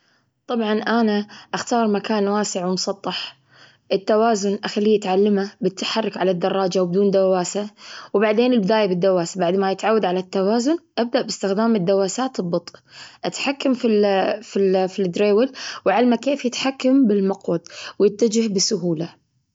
طبعا، أنا اختار مكان واسع ومسطح. التوازن أخليه يتعلمه بالتحرك على الدراجة وبدون دواسة. وبعدين، البداية بالدواسة بعد ما يتعود على التوازن. أبدأ باستخدام الدواسات ببطء. أتحكم في ال في ال في ال-Dry Wheel ، وأعلمه كيف يتحكم بالمقود ويتجه بسهولة.